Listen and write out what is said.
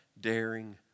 daring